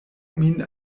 min